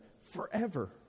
forever